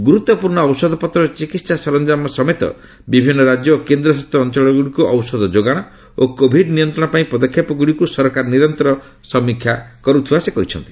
ଗୁରୁତ୍ୱପୂର୍ଣ୍ଣ ଔଷଧପତ୍ର ଓ ଚିକିତ୍ସା ସରଞ୍ଜାମ ସମେତ ବିଭିନ୍ନ ରାଜ୍ୟ ଓ କେନ୍ଦ୍ରଶାସିତ ଅଞ୍ଚଳଗୁଡ଼ିକୁ ଔଷଧ ଯୋଗାଣ ଓ କୋଭିଡ୍ ନିୟନ୍ତ୍ରଣ ପାଇଁ ପଦକ୍ଷେପଗୁଡ଼ିକୁ ସରକାର ନିରନ୍ତର ସମୀକ୍ଷା କରୁଛନ୍ତି